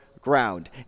ground